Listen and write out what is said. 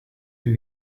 you